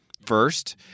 first